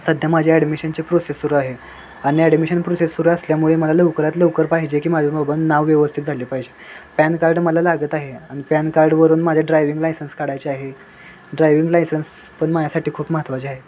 सध्या माझ्या ॲडमिशनचे प्रोसेस सुरू आहे आणि ॲडमिशन प्रोसेस सुरू असल्यामुळे मला लवकरात लवकर पाहिजे की माझ्या बाबा नाव व्यवस्थित झाले पाहिजे पॅन कार्ड मला लागत आहे आणि पॅन कार्डवरून माझ्या ड्रायविंग लायसन्स काढायचे आहे ड्रायविंग लायसन्स पण माझ्यासाठी खूप महत्त्वाचे आहे